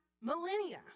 millennia